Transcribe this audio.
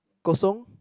kosong